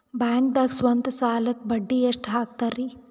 ಬ್ಯಾಂಕ್ದಾಗ ಸ್ವಂತ ಸಾಲಕ್ಕೆ ಬಡ್ಡಿ ಎಷ್ಟ್ ಹಕ್ತಾರಿ?